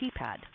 keypad